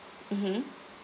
mmhmm